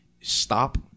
stop